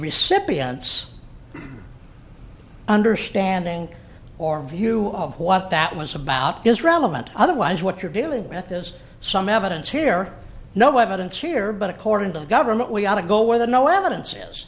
recipient's understanding or view of what that was about is relevant otherwise what you're dealing with is some evidence here no evidence here but according to the government we ought to go where the no evidence is